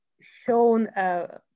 shown